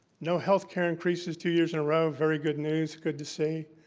no healthcare increases two years in a row, very good news, good to see.